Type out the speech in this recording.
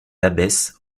abbesses